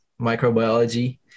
microbiology